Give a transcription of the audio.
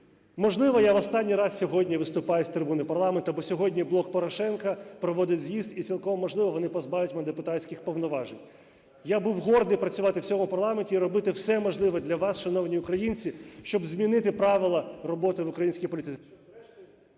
Можливо, я в останній раз сьогодні виступаю з трибуни парламенту, бо сьогодні "Блок Порошенка" проводить з'їзд і, цілком можливо, вони позбавлять мене депутатських повноважень. Я був гордий працювати в цьому парламенті і робити все можливе для вас, шановні українці, щоб змінити правила роботи в українській…